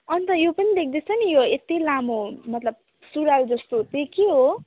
अन्त यो पनि देख्दैछ नि यो यति लामो मतलब सुरुवाल जस्तो त्यो के हो